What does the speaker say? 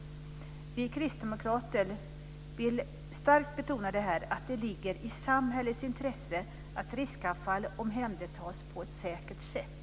Vi kristdemokrater vill starkt betona att det ligger i samhällets intresse att riskavfall omhändertas på ett säkert sätt.